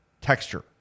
texture